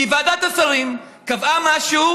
כי ועדת השרים קבעה משהו,